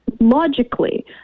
logically